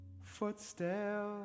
footsteps